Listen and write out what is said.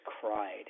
cried